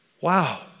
wow